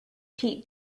pete